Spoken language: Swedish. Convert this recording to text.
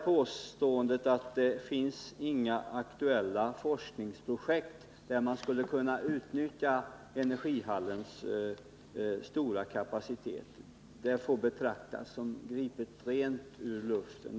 Påståendet att det inte finns några aktuella forskningsprojekt för vilka man skulle kunna utnyttja energihallens stora kapacitet får betraktas som helt gripet ur luften.